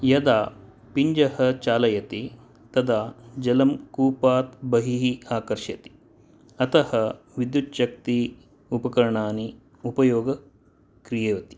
यदा पिञ्जः चालयति तदा जलं कूपात् बहिः आकर्षति अतः विद्युत्शक्ति उपकरणानि उपयोगः क्रियते